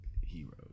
heroes